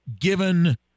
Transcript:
given